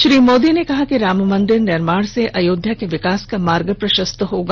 श्री मोदी ने कहा कि राम मंदिर निर्माण से अयोध्या के विकास का मार्ग प्रशस्त होगा